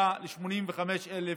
השיא הגיע ל-85,000